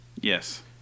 Yes